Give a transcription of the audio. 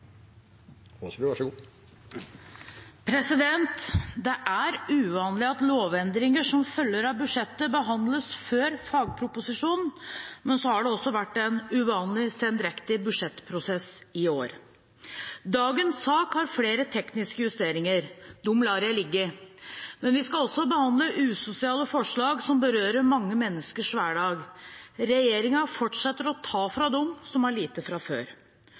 uvanlig at lovendringer som følger av budsjettet, behandles før fagproposisjon, men så har det også vært en uvanlig sendrektig budsjettprosess i år. Dagens sak har flere tekniske justeringer. Dem lar jeg ligge. Men vi skal også behandle usosiale forslag som berører mange menneskers hverdag. Regjeringen fortsetter å ta fra dem som har lite fra før.